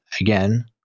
again